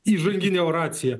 įžanginę oraciją